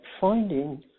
finding